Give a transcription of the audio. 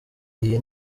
iyi